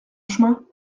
chemin